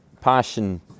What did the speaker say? passion